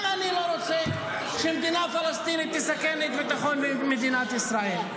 גם אני לא רוצה שמדינה פלסטינית תסכן את ביטחון מדינת ישראל.